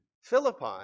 Philippi